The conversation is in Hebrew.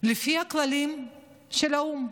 לפי הכללים של האו"ם.